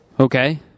Okay